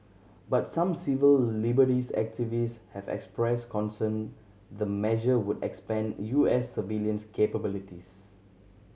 but some civil liberties activist have expressed concern the measure would expand U S surveillance capabilities